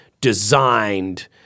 designed